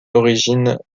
origine